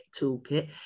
toolkit